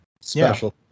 special